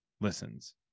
listens